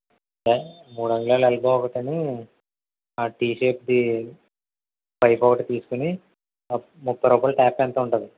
మూడు అంగుళాలు ఎల్బో ఒకటి టి షేప్ది పైప్ ఒకటి తీసుకుని ముప్పై రూపాయలు ట్యాప్ ఎంతో ఉంటుంది